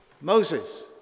Moses